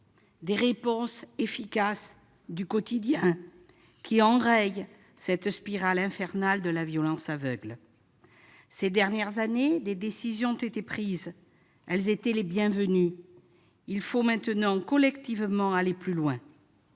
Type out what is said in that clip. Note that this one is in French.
des réponses efficaces au quotidien, qui enrayent la spirale infernale de la violence aveugle. Ces dernières années, des décisions ont été prises. Elles étaient bienvenues. Il faut maintenant, collectivement, aller plus loin.